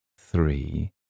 three